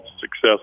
success